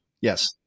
Yes